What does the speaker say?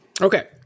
Okay